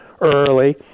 early